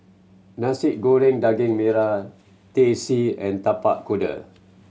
Nasi Goreng Daging Merah Teh C and Tapak Kuda